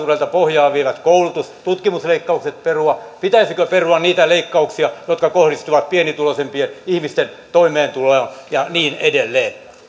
tulevaisuudelta pohjaa vievät koulutus ja tutkimusleikkaukset perua pitäisikö perua niitä leikkauksia jotka kohdistuvat pienituloisimpien ihmisten toimeentuloon ja niin edelleen